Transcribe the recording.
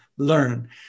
learn